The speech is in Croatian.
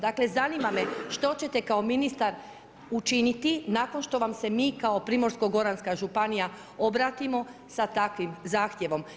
Dakle, zanima me što ćete kao ministar učiniti, nakon što vam se mi, kao Primorsko goranska županija obratimo sa takvim zahtjevom.